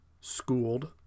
schooled